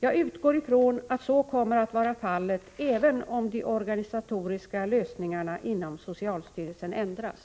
Jag utgår från att så kommer att vara fallet, även om de organisatoriska lösningarna inom socialstyrelsen ändras.